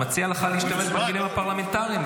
אני מציע לך להשתמש בכלים הפרלמנטריים.